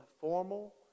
formal